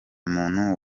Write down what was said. muntu